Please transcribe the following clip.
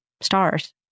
stars